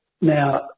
Now